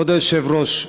כבוד היושב-ראש,